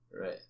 Right